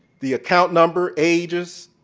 the account number, ages,